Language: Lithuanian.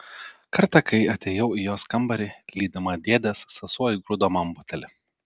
kartą kai atėjau į jos kambarį lydima dėdės sesuo įgrūdo man butelį